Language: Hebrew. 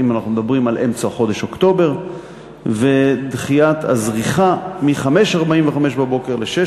אם אנחנו מדברים על אמצע חודש אוקטובר ודחיית הזריחה מ-05:45 ל-06:45,